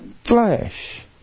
flesh